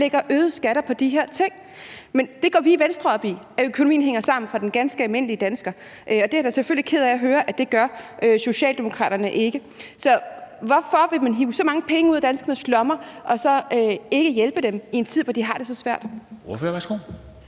at man øger skatterne for de her ting. Det går vi i Venstre op i, altså at økonomien hænger sammen for den ganske almindelige dansker. Det er jeg da selvfølgelig ked af at høre at Socialdemokraterne ikke gør. Hvorfor vil man hive så mange penge op af danskernes lommer og ikke hjælpe dem i en tid, hvor de har det så svært?